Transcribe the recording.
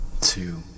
two